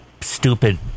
stupid